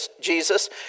Jesus